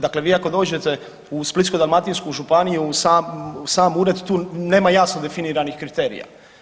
Dakle, vi ako dođete u Splitsko-dalmatinsku županiju u sam ured tu nema jasno definiranih kriterija.